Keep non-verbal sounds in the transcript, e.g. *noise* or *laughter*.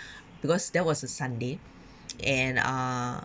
*breath* because that was a sunday and uh